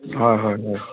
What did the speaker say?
হয় হয় হয়